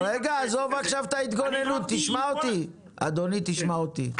אדוני תשמע אותי,